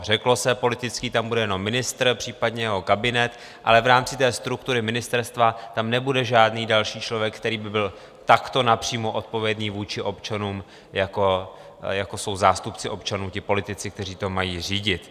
Řeklo se: politický tam bude jenom ministr, případně jeho kabinet, ale v rámci struktury ministerstva tam nebude žádný další člověk, který by byl takto napřímo odpovědný vůči občanům, jako jsou zástupci občanů, politici, kteří to mají řídit.